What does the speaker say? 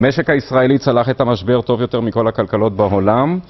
המשק הישראלי צלח את המשבר טוב יותר מכל הכלכלות בעולם.